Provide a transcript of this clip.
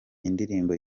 indirimbo